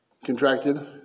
contracted